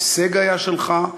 ההישג היה שלך,